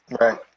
right